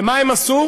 ומה הם עשו?